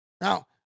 Now